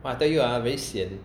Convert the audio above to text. !wah! I tell you ah very sian